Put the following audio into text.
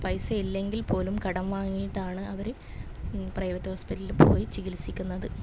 പൈസയില്ലെങ്കിൽ പോലും കടം വാങ്ങീട്ടാണ് അവർ പ്രൈവറ്റോസ്പിറ്റലിൽ പോയി ചികിത്സിക്കുന്നത്